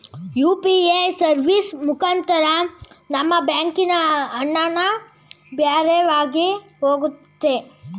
UPA service ಮುಖಾಂತರ ನಮ್ಮ ಬ್ಯಾಂಕಿನ ಹಣನ ಬ್ಯಾರೆವ್ರಿಗೆ ಕಳಿಸ್ಬೋದು